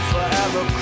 Forever